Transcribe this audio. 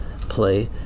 play